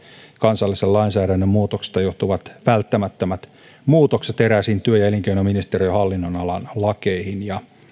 kansallisen lainsäädännön muutoksesta johtuvat välttämättömät muutokset eräisiin työ ja elinkeinoministeriön hallinnonalan lakeihin